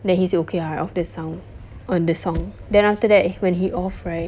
then he say okay lah I off the sound um the song then after that when he off right